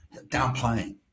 downplaying